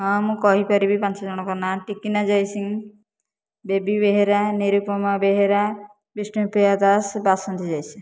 ହଁ ମୁଁ କହିପାରିବି ପାଞ୍ଚଜଣଙ୍କ ନାଁ ଟିକିନା ଜୟସିଂ ବେବି ବେହେରା ନିରୂପମା ବେହେରା ବିଷ୍ଣୁପ୍ରିୟା ଦାସ ବାସନ୍ତୀ ଜୟସିଂ